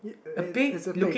it it's a pig